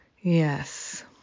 Yes